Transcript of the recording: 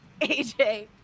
AJ